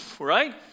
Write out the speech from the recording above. right